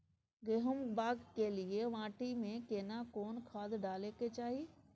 गहुम बाग के लिये माटी मे केना कोन खाद डालै के चाही?